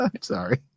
Sorry